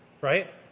right